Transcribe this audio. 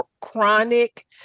chronic